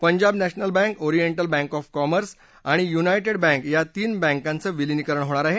Punjab national bank oriental bank of commerce आणि united bank या तीन बँकांचं विलीनीकरण होणार आहे